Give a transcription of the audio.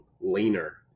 leaner